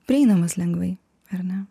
prieinamas lengvai ar ne